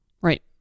Right